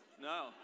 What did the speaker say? No